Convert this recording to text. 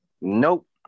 Nope